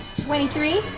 twenty three